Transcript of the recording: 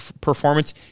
performance